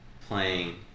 playing